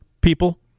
people